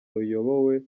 ruyobowe